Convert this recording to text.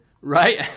right